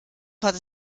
hatte